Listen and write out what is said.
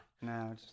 No